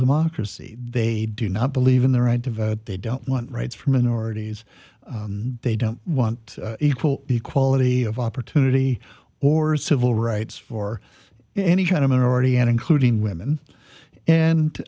democracy they do not believe in the right to vote they don't want rights for minorities they don't want equal equality of opportunity or civil rights for any kind of minority and including women and